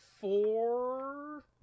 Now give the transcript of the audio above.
four